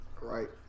right